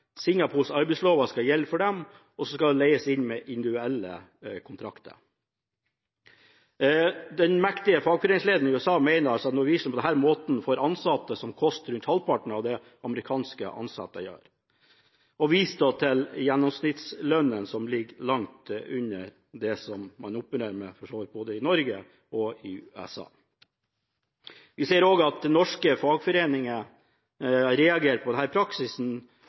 skal gjelde for dem og så skal de leies inn med individuelle kontrakter.» Den mektige fagforeningslederen i USA mener altså at Norwegian på denne måten får ansatte som koster rundt halvparten av det amerikanske ansatte gjør, og viser til gjennomsnittslønnen, som ligger langt under det som man opererer med både i Norge og i USA. Vi ser også at norske fagforeninger har reagert på denne praksisen.